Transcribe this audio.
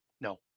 No